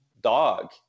dog